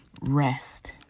rest